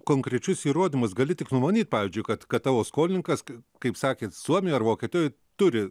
konkrečius įrodymus gali tik numanyt pavyzdžiui kad kad tavo skolininkas k kaip sakėt suomijoj ar vokietijoj turi